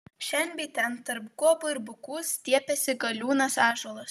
šen bei ten tarp guobų ir bukų stiepėsi galiūnas ąžuolas